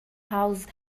house